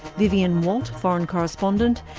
vivienne walt, foreign correspondent,